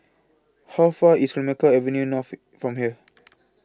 How Far IS Clemenceau Avenue North from here